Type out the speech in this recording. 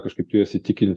kažkaip juos įtikinti